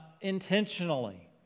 intentionally